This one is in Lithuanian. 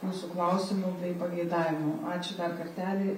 jūsų klausimų bei pageidavimų ačiū dar kartelį